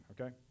okay